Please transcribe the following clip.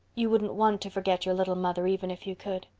you wouldn't want to forget your little mother even if you could.